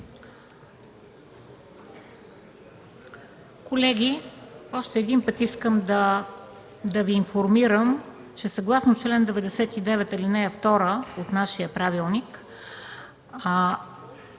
Колеги, още един път искам да Ви информирам, че съгласно чл. 99, ал. 2 от нашия правилник,